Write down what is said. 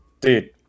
dude